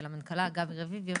ולמנכ"ל גבי רביבו,